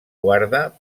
guarda